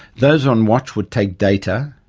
those on watch would take data,